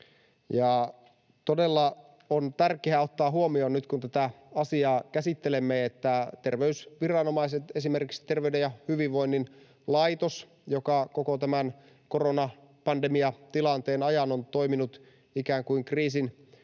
todella ottaa huomioon nyt, kun tätä asiaa käsittelemme, että terveysviranomaiset, esimerkiksi Terveyden ja hyvinvoinnin laitos, joka koko tämän koronapandemiatilanteen ajan on toiminut ikään kuin kriisin